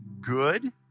good